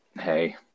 hey